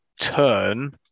turn